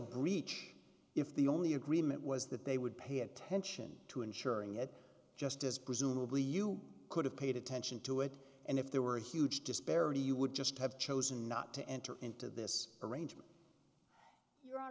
breach if the only agreement was that they would pay attention to ensuring it just as presumably you could have paid attention to it and if there were huge disparity you would just have chosen not to enter into this arrangement you are